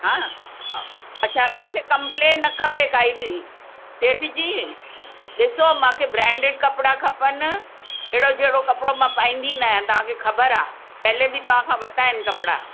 हा अच्छा मूंखे कम्पलेन न खपे काई बि सेठ जी ॾिसो मूंखे ब्रेंडेड कपिड़ा खपनि अहिड़ो जहिड़ो कपिड़ो मां पाईंदी नाहियां तव्हांखे ख़बर आहे पहिले बि तव्हां खां वरिता आहिनि कपिड़ा